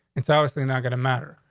it's obviously not gonna matter.